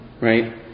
Right